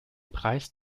preis